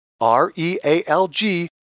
R-E-A-L-G